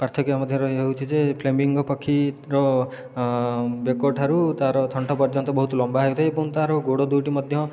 ପାର୍ଥକ୍ୟ ମଧ୍ୟରେ ଏହା ହେଉଚି ଯେ ଫ୍ଲେମିଙ୍ଗୋ ପକ୍ଷୀର ବେକଠାରୁ ତାର ଥଣ୍ଟ ପର୍ଯ୍ୟନ୍ତ ବହୁତ ଲମ୍ବା ହୋଇଥାଏ ଏବଂ ତାର ଗୋଡ଼ ଦୁଇଟି ମଧ୍ୟ